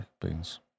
beans